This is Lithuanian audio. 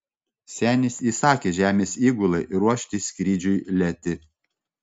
senis įsakė žemės įgulai ruošti skrydžiui letį